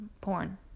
porn